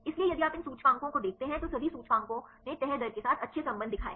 इसलिए यदि आप इन सूचकांकों को देखते हैं तो सभी सूचकांकों ने तह दर के साथ अच्छे संबंध दिखाए